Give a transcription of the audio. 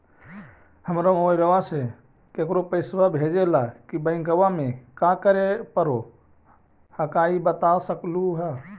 हमरा मोबाइलवा से केकरो पैसा भेजे ला की बैंकवा में क्या करे परो हकाई बता सकलुहा?